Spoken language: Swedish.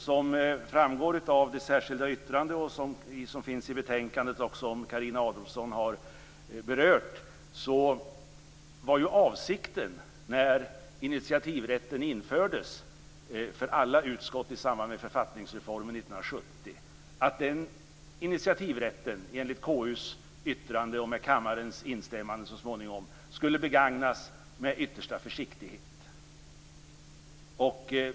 Som framgår av det särskilda yttrande som finns i betänkandet och som Carina Adolfsson har berört var ju avsikten när initiativrätten infördes för alla utskott i samband med författningsreformen 1970 att denna initiativrätt, enligt KU:s yttrande och med kammarens instämmande så småningom, skulle begagnas med yttersta försiktighet.